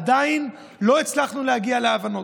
עדיין לא הצלחנו להגיע להבנות?